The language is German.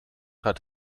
hat